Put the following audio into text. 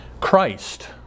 Christ